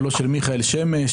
ולא של מיכאל שמש,